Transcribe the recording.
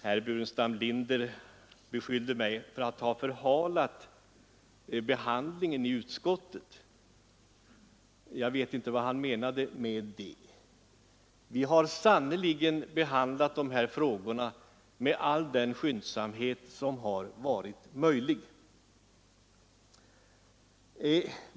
Herr Burenstam Linder beskyllde mig för att ha förhalat behandlingen i utskottet. Jag vet inte vad han menade med det. Vi har sannerligen behandlat de här frågorna med all den skyndsamhet som varit möjlig.